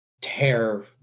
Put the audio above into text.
tear